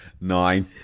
Nine